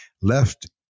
left